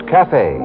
Cafe